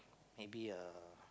maybe err